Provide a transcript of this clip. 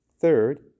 third